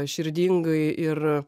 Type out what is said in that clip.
širdingai ir